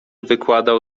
wykładał